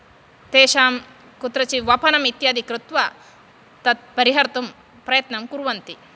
तेषां कुत्रचित् वपनं इत्यादि कृत्वा तत् परिहर्तुं प्रयत्नं कुर्वन्ति